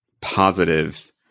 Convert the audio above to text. positive